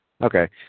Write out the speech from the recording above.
Okay